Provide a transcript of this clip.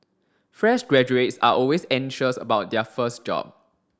fresh graduates are always anxious about their first job